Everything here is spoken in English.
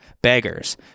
beggars